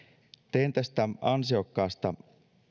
teen tästä ansiokkaasta